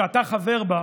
שאתה חבר בה,